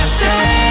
say